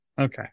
Okay